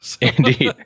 indeed